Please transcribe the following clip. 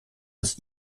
das